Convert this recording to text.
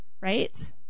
Right